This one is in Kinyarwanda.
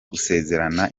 gusezerana